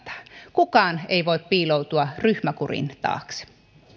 kukaan ei voi piiloutua ryhmäkurin taakse